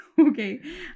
Okay